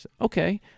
Okay